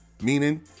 Meaning